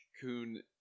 Kuhn